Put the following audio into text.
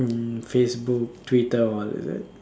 mm Facebook Twitter all is it